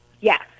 Yes